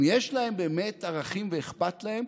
אם יש להם באמת ערכים ואכפת להם,